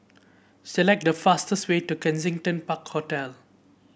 select the fastest way to Kensington Park Road